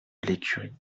l’écurie